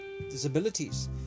disabilities